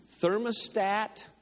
Thermostat